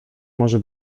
może